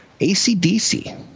ACDC